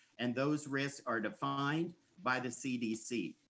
and those risks are defined by the cdc.